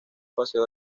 paseo